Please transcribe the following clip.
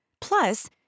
Plus